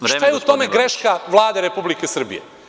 Šta je u tome greška Vlade Republike Srbije?